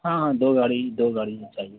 ہاں ہاں دو گاڑی دو گاڑی ہی چاہیے